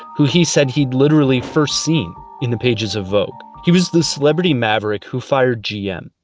who he said he'd literally first seen in the pages of vogue. he was the celebrity maverick who fired gm.